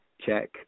check